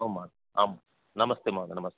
आम् आम् नमस्ते महोदया नमस्ते